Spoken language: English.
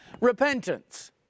repentance